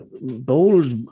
bold